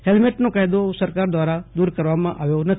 હેલ્મેટનો કાયદો સરકાર દ્વારા દૂરકરવામાં આવ્યો નથી